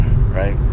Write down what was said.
right